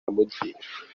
amugira